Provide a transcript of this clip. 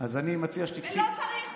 לא צריך,